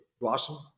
blossom